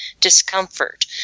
discomfort